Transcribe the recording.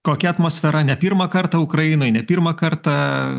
kokia atmosfera ne pirmą kartą ukrainoj ne pirmą kartą